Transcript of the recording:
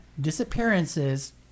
disappearances